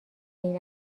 این